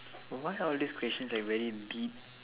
why all these questions like very deep